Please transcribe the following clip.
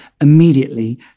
immediately